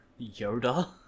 Yoda